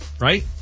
right